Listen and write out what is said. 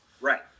Right